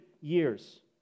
years